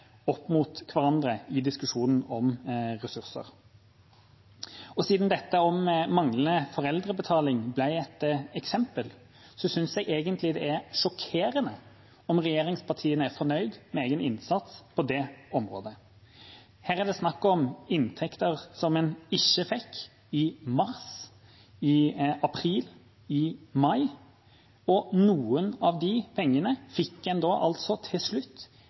opp mot hverandre på i diskusjonen om ressurser. Siden manglende foreldrebetaling ble brukt som eksempel, synes jeg egentlig det er sjokkerende om regjeringspartiene er fornøyd med egen innsats på det området. Her er det snakk om inntekter som en ikke fikk i mars, i april, i mai. Noen av de pengene fikk en altså til slutt,